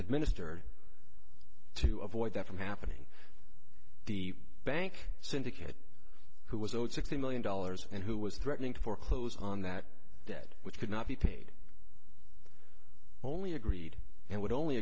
administered to avoid that from happening the bank syndicate who was owed sixty million dollars and who was threatening to foreclose on that debt which could not be paid only agreed and would only